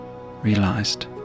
realized